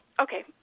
okay